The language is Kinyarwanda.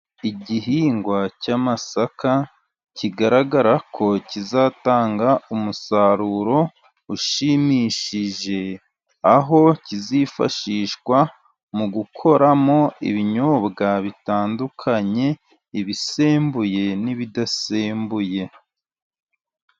Igihingwa cy'amasaka kigaragara ko kizatanga umusaruro ushimishije, aho kizifashishwa mu gukoramo ibinyobwa bitandukanye ibisembuye n'ibidasembuye.